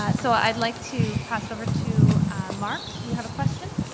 ah so i'd like to pass it over to mark, do you have a question?